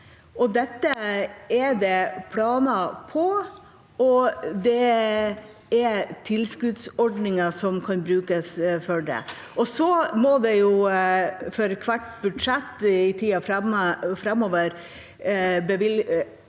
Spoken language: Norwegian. Dette er det planer for, og det er tilskuddsordninger som kan brukes til det. Så må det i hvert budsjett i tida framover bestemmes